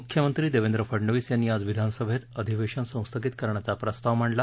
मुख्यमंत्री देवेंद्र फडणवीस यांनी आज विधानसभेत अधिवेशन संस्थगित करण्याचा प्रस्ताव मांडला